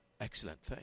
excellent